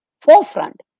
forefront